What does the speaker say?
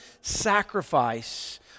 sacrifice